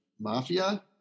mafia